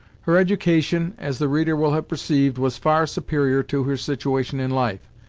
her education, as the reader will have perceived, was far superior to her situation in life,